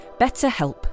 BetterHelp